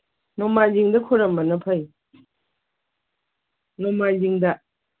ꯅꯣꯡꯃꯥꯏꯖꯤꯡꯗ ꯈꯣꯏꯔꯝꯕꯅ ꯐꯩ ꯅꯣꯡꯃꯥꯏꯖꯤꯡꯗ